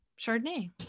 Chardonnay